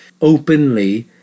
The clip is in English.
openly